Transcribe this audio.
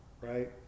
right